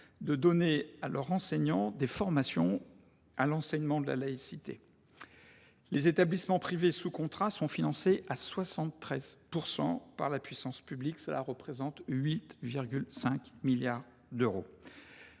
de donner à leurs enseignants des formations à l’enseignement de la laïcité. Les établissements privés sous contrat sont financés à 73 % par la puissance publique. Cela représente 8,5 milliards d’euros.